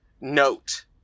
note